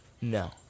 No